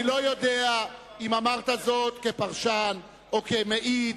אני לא יודע אם אמרת את זה כפרשן או כמעיד.